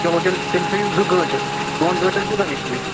چلو تیٚلہِ تیٚلہِ تھٲیِو زٕ گٲنٹہٕ دۄن گٲنٹَن کوتاہ نِیِو تُہۍ